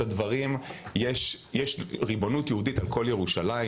הדברים יש ריבונות יהודית על כל ירושלים,